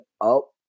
up